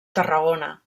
tarragona